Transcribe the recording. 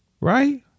Right